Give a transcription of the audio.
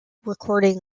recording